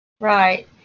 Right